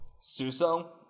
Suso